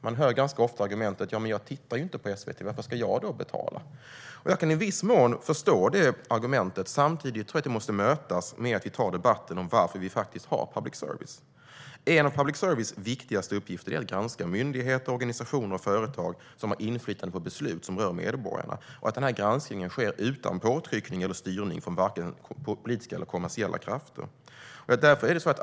Man hör ganska ofta argumentet: Ja, men jag tittar inte på SVT. Varför ska jag då betala? Jag kan i viss mån förstå det argumentet. Samtidigt tror jag att det måste mötas med att vi tar debatten om varför vi faktiskt har public service. En av public services viktigaste uppgifter är att granska myndigheter, organisationer och företag som har inflytande på beslut som rör medborgarna. Den granskningen ska ske utan påtryckning eller styrning från politiska eller kommersiella krafter.